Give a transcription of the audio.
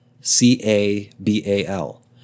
C-A-B-A-L